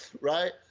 Right